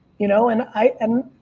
you know? and i, and